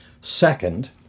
Second